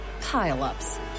pile-ups